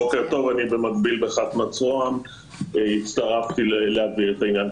בוקר טוב, הצטרפתי להבהיר את העניין.